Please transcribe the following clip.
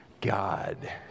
God